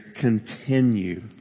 continue